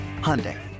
Hyundai